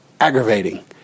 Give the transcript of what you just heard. aggravating